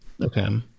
Okay